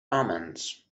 omens